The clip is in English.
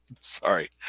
Sorry